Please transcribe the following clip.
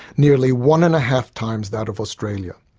nearly one and a half times that of australia.